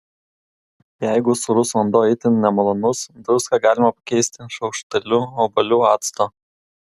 jeigu sūrus vanduo itin nemalonus druską galima pakeisti šaukšteliu obuolių acto